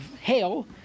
hail